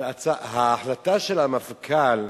אבל ההחלטה של המפכ"ל,